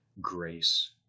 Grace